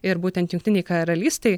ir būtent jungtinei karalystei